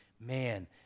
Man